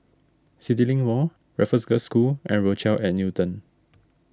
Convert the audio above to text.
CityLink Mall Raffles Girls' School and Rochelle at Newton